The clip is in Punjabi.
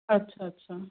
ਅੱਛਾ ਅੱਛਾ